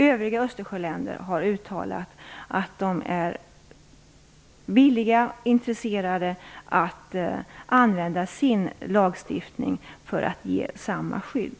Övriga Östersjöländer har uttalat att de är villiga och intresserade av att använda sin lagstiftning för att ge samma skydd.